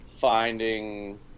finding